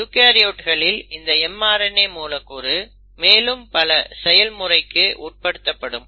யூகரியோட்ஸ்களில் இந்த mRNA மூலக்கூறு மேலும் பல செயல் முறைகளுக்கு உட்படுத்தப்படும்